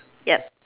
yup